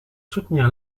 soutenir